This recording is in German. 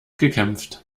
gekämpft